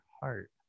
heart